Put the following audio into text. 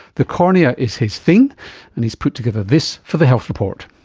the cornea is his thing and he's put together this for the health report.